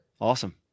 Awesome